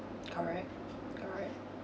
correct correct